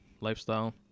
lifestyle